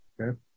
Okay